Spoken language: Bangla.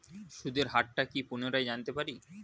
সুদের হার টা কি পুনরায় জানতে পারি?